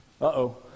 uh-oh